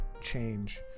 change